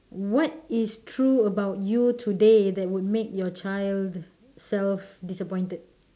what is true about you today that would make your child self disappointed